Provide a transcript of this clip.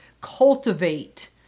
cultivate